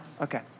Okay